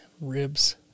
Ribs